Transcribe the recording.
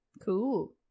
Cool